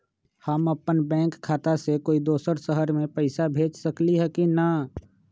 हम अपन बैंक खाता से कोई दोसर शहर में पैसा भेज सकली ह की न?